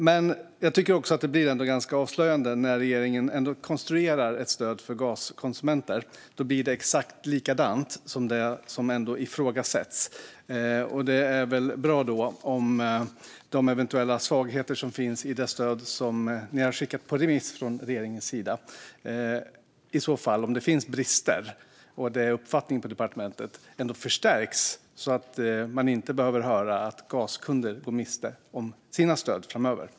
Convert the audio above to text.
Det blir också ganska avslöjande att när regeringen konstruerar ett stöd för gaskonsumenter blir det exakt likadant som det som redan ifrågasätts. Det vore bra om de eventuella svagheter som finns i stödet som regeringen skickat på remiss, om det finns brister och det är uppfattningen på departementet, ändå åtgärdas så att man inte behöver höra att gaskunder går miste om sina stöd framöver.